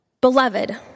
Beloved